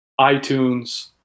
iTunes